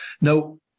Now